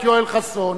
את יואל חסון,